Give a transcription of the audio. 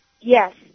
Yes